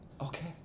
Okay